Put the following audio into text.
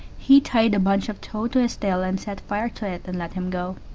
he tied a bunch of tow to his tail and set fire to it and let him go.